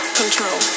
control